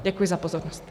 Děkuji za pozornost.